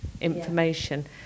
information